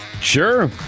Sure